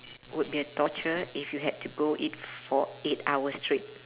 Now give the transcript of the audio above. would be torture if you have to do it for eight hours straight